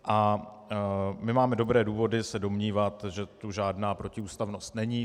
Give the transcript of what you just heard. A my máme dobré důvody se domnívat, že tu žádná protiústavnost není.